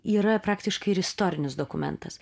yra praktiškai ir istorinis dokumentas